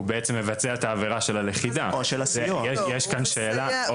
הוא בעצם מבצע את העבירה של הלכידה או סיוע.